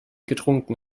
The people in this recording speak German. getrunken